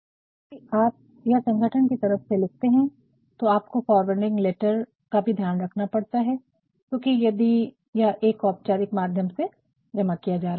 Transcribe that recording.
क्योंकि आप यह संगठन की तरफ से लिखते हैं तो आपको फॉरवर्डिंग लेटर forwarding letterअग्रेषित करना का भी ध्यान रखना पड़ता है क्योंकि यदि यह एक औपचारिक माध्यम से जमा किया जा रहा है